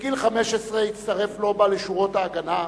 בגיל 15 הצטרף לובה לשורות "ההגנה",